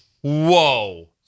Whoa